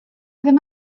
ddim